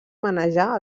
manejar